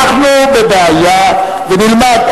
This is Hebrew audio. ונלמד,